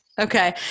Okay